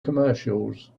commercials